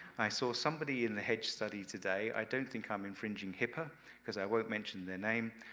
i saw somebody in the hedge study today, i don't think i'm infringing hipaa because i won't mention their name,